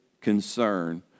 concern